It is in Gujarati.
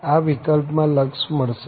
આ વિકલ્પમાં લક્ષ મળશે